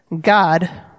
God